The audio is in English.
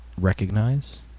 recognize